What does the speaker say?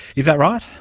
is that right?